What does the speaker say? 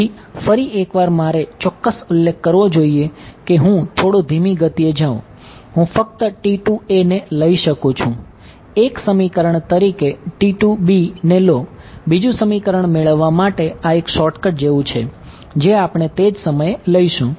તેથી ફરી એકવાર મારે ચોક્કસ ઉલ્લેખ કરવો જોઈશે કે હું થોડો ધીમી ગતિએ જાઉં હું ફક્ત ને લઈ શકું છું 1 સમીકરણ તરીકે ને લો બીજું સમીકરણ મેળવવા માટે આ એક શોર્ટકટ જેવું છે જે આપણે તે જ સમયે લઈશું